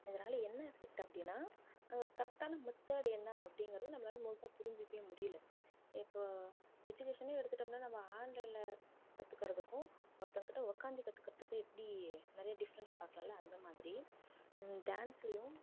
இதனால என்ன எஃபெக்ட் அப்படின்னா அதில் கரெக்டான மெத்தடு என்ன அப்படிங்கிறது நம்மளால் மோஸ்ட்டாக புரிஞ்சுக்கவே முடியல இப்போது எஜிகேஷனே எடுத்துட்டோம்னா நம்ம ஆன்லைனில் கற்றுக்கறதுக்கும் ஒருத்தர்கிட்ட உக்காந்து கற்றுக்கறதுக்கும் எப்படி நிறைய டிஃப்ரெண்ட்ஸ் பார்க்கலால அந்த மாதிரி டான்ஸ்லையும்